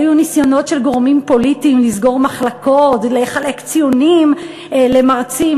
היו ניסיונות של גורמים פוליטיים לסגור מחלקות ולחלק ציונים למרצים,